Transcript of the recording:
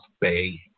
Bay